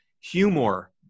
humor